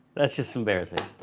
that's just embarrassing.